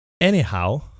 anyhow